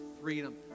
freedom